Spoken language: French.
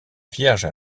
vierge